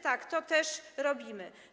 Tak, to też robimy.